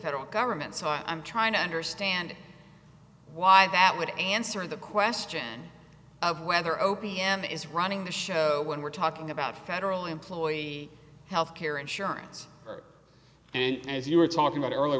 federal government so i'm trying to understand why that would answer the question of whether o p m is running the show when we're talking about federal employee health care insurance and as you were talking about earlier